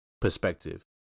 perspective